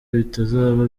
bitazaba